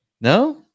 No